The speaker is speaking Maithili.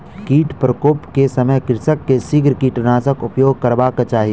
कीट प्रकोप के समय कृषक के शीघ्र कीटनाशकक उपयोग करबाक चाही